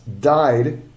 died